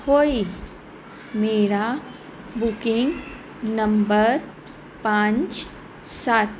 ਹੋਈ ਮੇਰਾ booking number ਪੰਜ ਸੱਤ